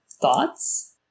Thoughts